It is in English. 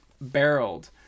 barreled